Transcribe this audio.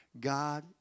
God